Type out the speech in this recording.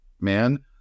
man